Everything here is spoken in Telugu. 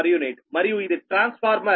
u మరియు ఇది ట్రాన్స్ఫార్మర్ j0